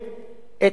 והיא תחליט